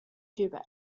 quebec